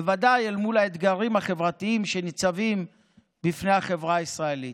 בוודאי אל מול האתגרים החברתיים שניצבים בפני החברה הישראלית.